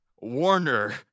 Warner